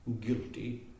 guilty